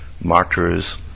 martyrs